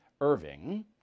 Irving